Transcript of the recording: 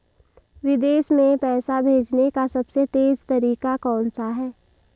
विदेश में पैसा भेजने का सबसे तेज़ तरीका कौनसा है?